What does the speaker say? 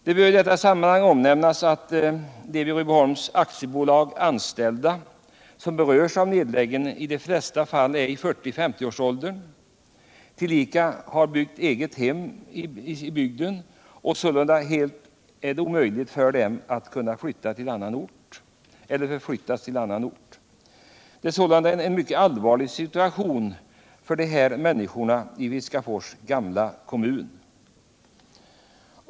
Det bör i detta sammanhang omnämnas att de vid Rydboholms AB anställda, som berörs av nedläggningen, i de flesta fall är i 40-50-årsåldern. Tillika har de byggt egethem i bygden och sålunda är det helt omöjligt för dem att flytta till annan ort. Det är sålunda en mycket allvarlig situation för dessa människor i Viskafors gamla kommun.